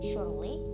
Surely